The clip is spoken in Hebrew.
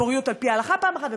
פוריות על-פי ההלכה פעם אחת,